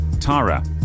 Tara